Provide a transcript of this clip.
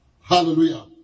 Hallelujah